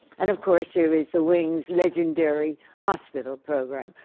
and of course, there is the wing's legendary hospital program,